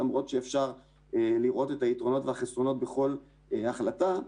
למרות שאפשר לראות את היתרונות והחסרונות בכל החלטה,